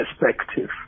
perspective